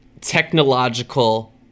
technological